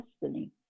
destiny